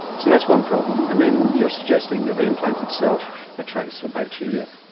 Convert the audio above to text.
so that's one problem. and then you're suggesting that the implant itself attracts bacteria.